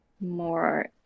more